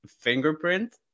fingerprint